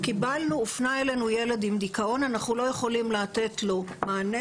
הופנה אלינו ילד עם דכאון ואנחנו לא יכולים לתת לו מענה